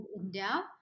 india